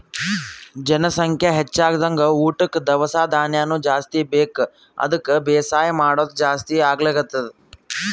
ಜನಸಂಖ್ಯಾ ಹೆಚ್ದಂಗ್ ಊಟಕ್ಕ್ ದವಸ ಧಾನ್ಯನು ಜಾಸ್ತಿ ಬೇಕ್ ಅದಕ್ಕ್ ಬೇಸಾಯ್ ಮಾಡೋದ್ ಜಾಸ್ತಿ ಆಗ್ಲತದ್